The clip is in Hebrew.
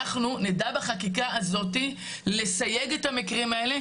אנחנו נדע בחקיקה הזאת לסייג את המקרים האלה,